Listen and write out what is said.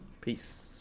Peace